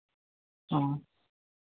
ᱚᱻ